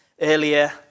earlier